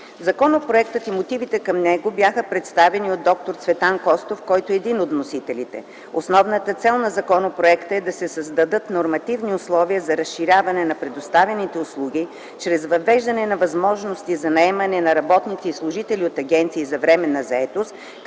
Законопроектът и мотивите към него бяха представени от доктор Цветан Костов, който е един от вносителите. Основната цел на законопроекта е да се създадат нормативни условия за разширяване на предоставените услуги чрез въвеждане на възможности за наемане на работници и служители от агенции за временна заетост,